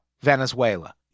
Venezuela